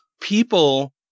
people